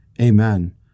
amen